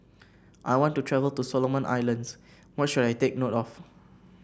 I want to travel to Solomon Islands what should I take note of